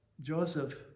Joseph